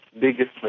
biggest